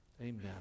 Amen